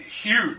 huge